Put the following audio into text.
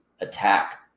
attack